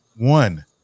One